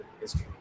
history